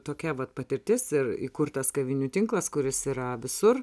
tokia vat patirtis ir įkurtas kavinių tinklas kuris yra visur